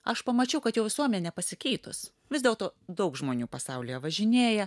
aš pamačiau kad jau visuomenė pasikeitus vis dėlto daug žmonių pasaulyje važinėja